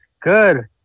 Good